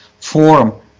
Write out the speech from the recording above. form